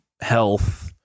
health